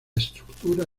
estructura